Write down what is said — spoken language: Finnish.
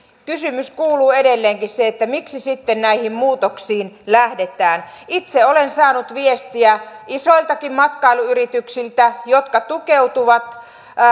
kysymys kuuluu edelleenkin miksi sitten näihin muutoksiin lähdetään itse olen saanut viestiä isoiltakin matkailuyrityksiltä jotka tukeutuvat